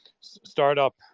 startup